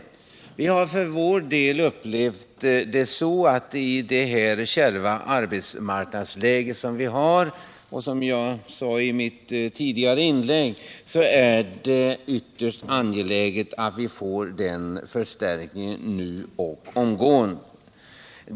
Men vi har för vår del upplevt det så, att i det kärva arbetsmarknadsläge som vi nu har — som jag sade i mitt tidigare inlägg —är det ytterst angeläget att vi får en förstärkning nu genast.